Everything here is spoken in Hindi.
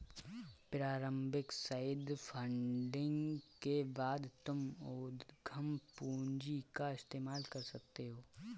प्रारम्भिक सईद फंडिंग के बाद तुम उद्यम पूंजी का इस्तेमाल कर सकते हो